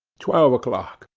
twelve o'clock.